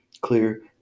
clear